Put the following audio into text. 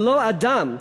ולא אדם,